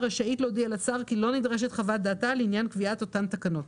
כדי לתקן את התוספת ולעשות תקנות